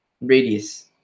radius